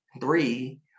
three